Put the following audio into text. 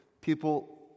People